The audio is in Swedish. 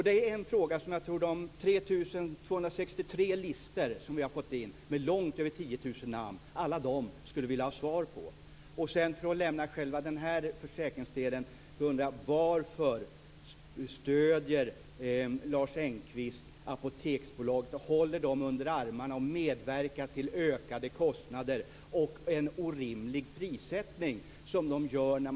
Det är en fråga som jag tror att alla de som har skrivit på de 3 263 listor som vi fått in - det är långt över 10 000 namn - skulle vilja ha ett svar på. Jag lämnar den här försäkringsdelen och frågar: Varför stöder Lars Engqvist Apoteksbolaget och håller dem under armarna och därmed medverkar till ökade kostnader och en orimlig prissättning? Så är det ju.